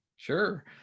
Sure